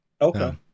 Okay